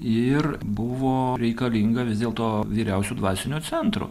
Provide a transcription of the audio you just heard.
ir buvo reikalinga vis dėl to vyriausio dvasinio centro